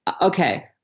okay